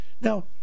Now